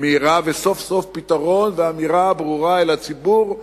מהירה וסוף-סוף פתרון ואמירה ברורה לציבור: